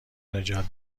نجات